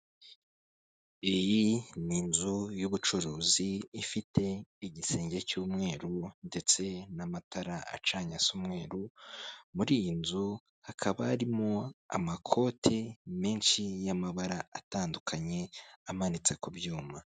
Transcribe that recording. Iyi ni inzu y'ubucuruzi ifite igisenge cy'umweru ndetse n'amatara acanye asa umweru, muri iyi nzu hakaba harimo amakoti menshi y'amabara atandukanye amanitse ku byuma.